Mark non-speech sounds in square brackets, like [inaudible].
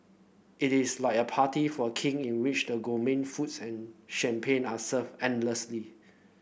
it is like a party for a King in which the [unintelligible] foods and champagne are served endlessly